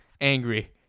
angry